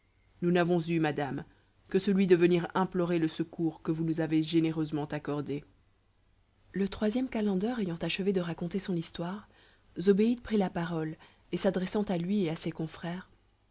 nous n'avons eu madame que celui de venir implorer le secours que vous nous avez généreusement accordé le troisième calender ayant achevé de raconter son histoire zobéide prit la parole et s'adressant à lui et à ses confrères